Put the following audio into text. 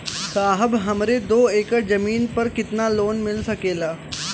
साहब हमरे दो एकड़ जमीन पर कितनालोन मिल सकेला?